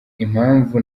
impamvu